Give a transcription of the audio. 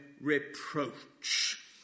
reproach